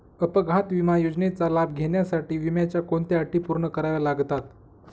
अपघात विमा योजनेचा लाभ घेण्यासाठी विम्याच्या कोणत्या अटी पूर्ण कराव्या लागतात?